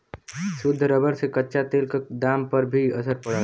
शुद्ध रबर से कच्चा तेल क दाम पर भी असर पड़ला